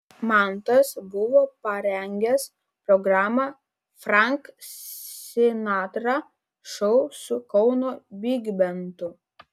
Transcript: mantas buvo parengęs programą frank sinatra šou su kauno bigbendu